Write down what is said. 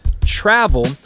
travel